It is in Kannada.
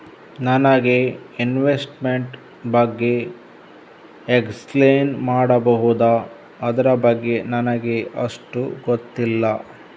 ನನಗೆ ಇನ್ವೆಸ್ಟ್ಮೆಂಟ್ ಬಗ್ಗೆ ಎಕ್ಸ್ಪ್ಲೈನ್ ಮಾಡಬಹುದು, ಅದರ ಬಗ್ಗೆ ನನಗೆ ಅಷ್ಟು ಗೊತ್ತಿಲ್ಲ?